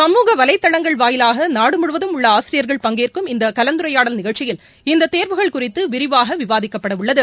சமூக வலைதளங்கள் வாயிலாக நாடு முழுவதும் உள்ள ஆசிரியர்கள் பங்கேற்கும் இந்த கலந்துரையாடல் நிகழ்ச்சியில் இந்த தேர்வுகள் குறித்து விரிவாக விவாதிக்கப்பட உள்ளது